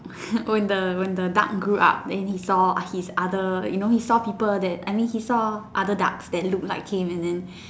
when the when the duck grew up then he saw like his other you know he saw people that I mean he saw other ducks that looked like him and then